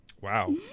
Wow